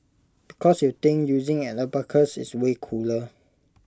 because you think using an abacus is way cooler